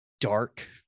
dark